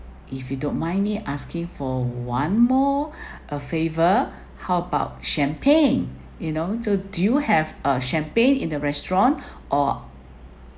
if you don't mind me asking for one more a favor how about champagne you know so do you have a champagne in the restaurant or